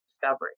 discovery